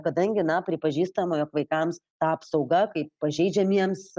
kadangi na pripažįstama jog vaikams ta apsauga kaip pažeidžiamiems